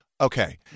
Okay